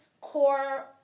core